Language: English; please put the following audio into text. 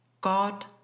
God